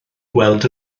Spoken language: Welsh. gweld